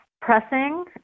pressing